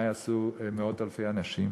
מה יעשו מאות אלפי אנשים?